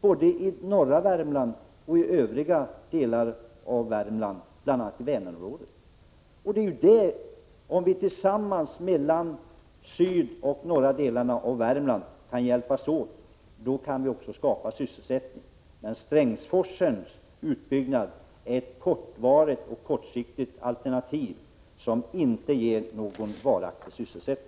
både i norra Värmland och i övriga delar av Värmland, bl.a. i Vänerområdet. Om vi i de södra och norra delarna av Värmland kan hjälpas åt, då kan vi också skapa sysselsättning. Strängsforsens utbyggnad är ett kortvarigt och kortsiktigt alternativ, som inte ger någon varaktig sysselsättning.